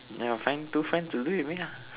ya your friend your two friends do it with me ah